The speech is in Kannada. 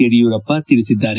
ಯಡಿಯೂರಪ್ಪ ತಿಳಿಸಿದ್ದಾರೆ